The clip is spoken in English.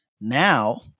Now